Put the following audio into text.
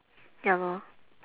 ya lor